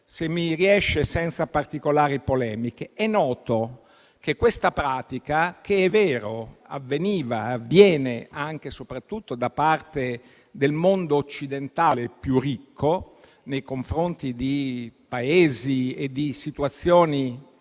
se mi riesce senza particolari polemiche. È noto che questa pratica, che - è vero - avveniva e avviene anche e soprattutto da parte del mondo occidentale più ricco nei confronti di Paesi e di situazioni